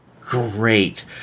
great